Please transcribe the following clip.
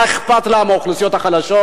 מה אכפת לה מהאוכלוסיות החלשות?